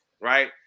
Right